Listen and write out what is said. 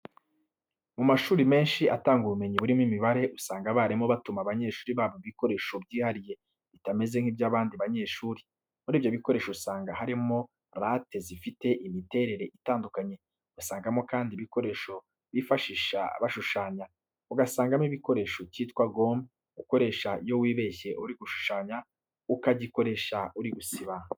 Mu mashuri menshi atanga ubumenyi burimo imibare, usanga abarimu batuma abanyeshuri babo ibikoresho byihariye bitameze nk'iby'abandi banyeshuri. Muri ibyo bikoresho usanga harimo rate zifite imiterere itandukanye, usangamo kandi igikoresho bifashisha bashushanya, ugasangamo igikoresho cyitwa gome ukoresha iyo wibeshye uri gushushanya, ukagikoresha uri gusiba.